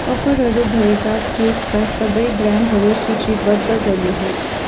अफरहरू भएका केकका सबै ब्रान्डहरू सूचीबद्ध गर्नुहोस्